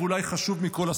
ואולי חשוב מכול,